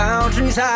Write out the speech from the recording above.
Boundaries